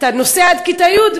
אתה נוסע עד כיתה י',